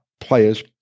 players